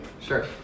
sure